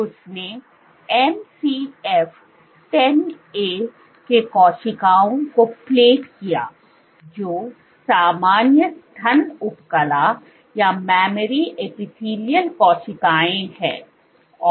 तो उसने MCF 10A के कोशिकाओं को प्लेट किया जो सामान्य स्तन उपकला कोशिकाएँ हैं